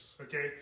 Okay